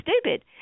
stupid